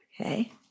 Okay